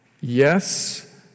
Yes